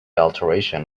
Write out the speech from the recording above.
alteration